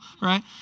Right